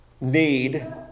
need